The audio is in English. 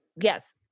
yes